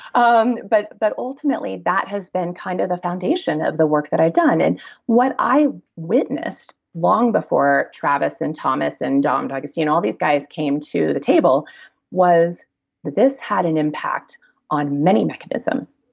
um but ultimately that has been kind of the foundation of the work that i've done. and what i witnessed long before travis and thomas and dom d'agostino, all these guys came to the table was that this had an impact on many mechanisms,